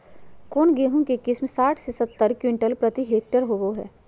कौन गेंहू के किस्म साठ से सत्तर क्विंटल प्रति हेक्टेयर होबो हाय?